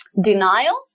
denial